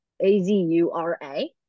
A-Z-U-R-A